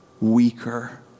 weaker